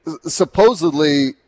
supposedly –